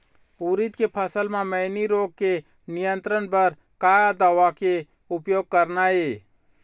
उरीद के फसल म मैनी रोग के नियंत्रण बर का दवा के उपयोग करना ये?